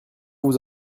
vous